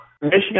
Michigan